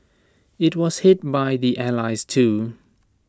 IT was hit by the allies too